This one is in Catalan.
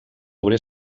obrer